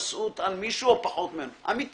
התנשאות על מישהו אמיתי.